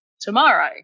tomorrow